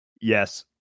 Yes